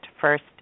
first